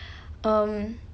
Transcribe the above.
um